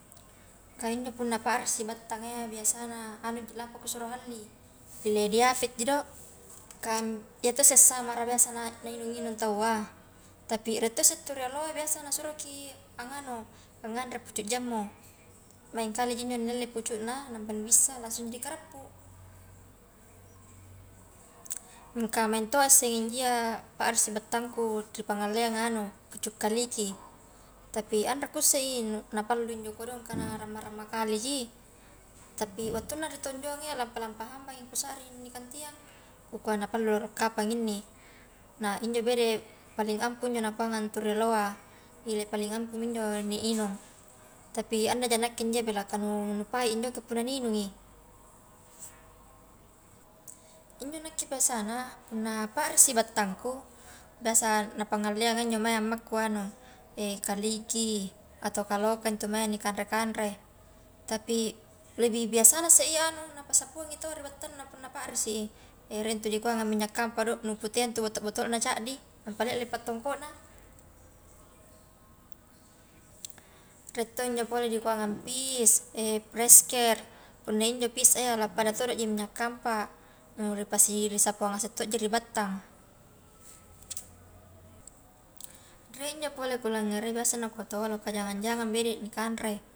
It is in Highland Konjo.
Kah injo punna parisi battanga iya biasana anuji lampa kusuro halli ile diapetji do, kah iyatosse samara biasa na nainung-inung taua, tapi rie tosse tau rioloa iya biasa nasuroki anganu anganre pucu jammu maing kaleji injo nialle pucuna nampa nimissa langsungji nikarappu, mingka maing toa isse njo iya pa risi battangku ri pangaleanga anu pucuk kaliki, tapi anre kussei napallu injo kodong kah ramma-ramma kaleji, tapi wattuna ri tonjoang iya lampa-lampa hambangi kusaring nikantiang kukua napallu loro kapang inni, nah injo bede paling ampuh injo napuanga tau rioloa, ile paling ampumi injo ni inung tapi annaja nakke injo iya bela ka n nu pai injoke punna ni inungi, injo nakke biasana punna parisi battangku biasa napangalleanga mae ammakku anu kaliki, ataukah loka ntu mae nikanre-kanre tapi lebih biasana isse iya anu napasapuangi to ri battanna punna parisi i rie ntu nikua minyak kampa do nu putea ntu boto-botolona caddi, ampa lelleng pattongkona, rie to injo pole rikuangang pis, presker, punna injo piss a iya la pada todoji minyak kampa nu ripasisapuang ngase toji ri battang, rie injo pole kulangere biasa nakua taua loka jangang-jagang bede nikanre.